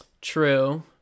True